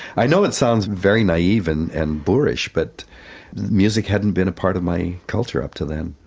i know it sounds very naive and and boorish, but music hadn't been a part of my culture up to then.